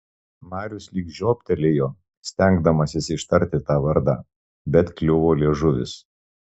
marius lyg žioptelėjo stengdamasis ištarti tą vardą bet kliuvo liežuvis